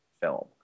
film